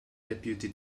deputy